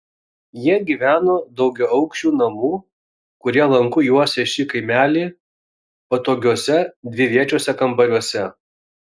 jie gyveno daugiaaukščių namų kurie lanku juosė šį kaimelį patogiuose dviviečiuose kambariuose